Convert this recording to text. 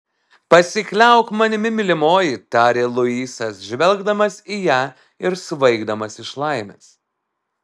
pasikliauk manimi mylimoji tarė luisas žvelgdamas į ją ir svaigdamas iš laimės